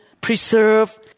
preserve